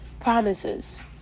promises